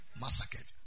massacred